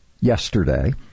yesterday